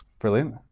Brilliant